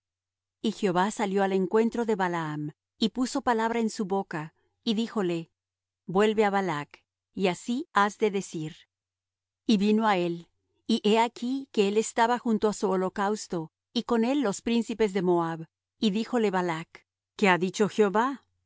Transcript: y jehová salió al encuentro de balaam y puso palabra en su boca y díjole vuelve á balac y así has de decir y vino á él y he aquí que él estaba junto á su holocausto y con él los príncipes de moab y díjole balac